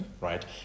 right